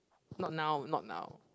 not now not now